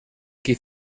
qui